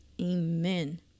Amen